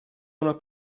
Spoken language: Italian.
una